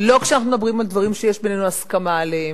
לא כשאנחנו מדברים על דברים שיש בינינו הסכמה עליהם.